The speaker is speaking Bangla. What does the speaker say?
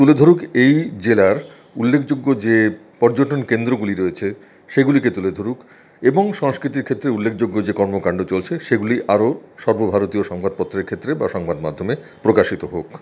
তুলে ধরুক এই জেলার উল্লেখযোগ্য যে পর্যটন কেন্দ্রগুলি রয়েছে সেগুলিকে তুলে ধরুক এবং সংস্কৃতিক ক্ষেত্রে উল্লেখযোগ্য যে কর্মকাণ্ড চলছে সেগুলি আরো সর্বভারতীয় সংবাদপত্রের ক্ষেত্রে বা সংবাদমাধ্যমে প্রকাশিত হোক